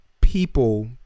people